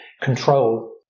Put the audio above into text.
control